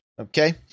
Okay